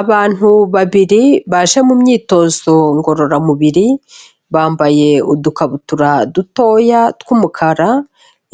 Abantu babiri baje mu myitozo ngororamubiri, bambaye udukabutura dutoya tw'umukara,